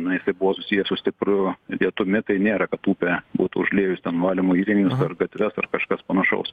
na jisai buvo susiję su stipru lietumi tai nėra kad upė būtų užliejus ten valymo įrenginius ar gatves ar kažkas panašaus